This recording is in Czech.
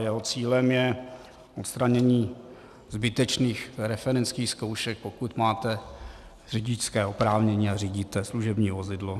Jeho cílem je odstranění zbytečných referentských zkoušek, pokud máte řidičské oprávnění a řídíte služební vozidlo.